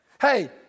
Hey